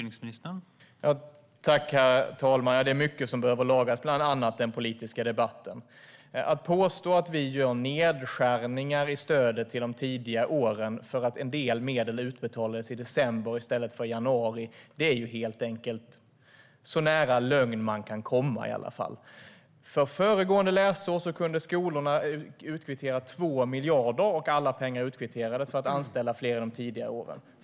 Herr talman! Det är mycket som behöver lagas, bland annat den politiska debatten. Att påstå att vi gör nedskärningar i stödet till elever under de tidiga åren för att en del medel utbetalades i december i stället för i januari är helt enkelt så nära lögn man kan komma. För föregående läsår kunde skolorna utkvittera 2 miljarder, och alla pengar utkvitterades för att anställa fler för elever under de tidiga åren.